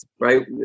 Right